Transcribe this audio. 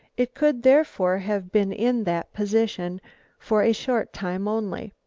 it could therefore have been in that position for a short time only.